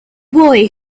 boy